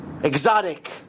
exotic